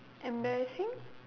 embarrassing